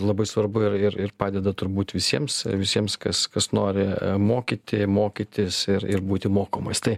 labai svarbu ir ir padeda turbūt visiems visiems kas kas nori mokyti mokytis ir ir būti mokomas tai